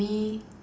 me